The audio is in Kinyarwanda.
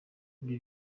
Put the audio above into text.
ibi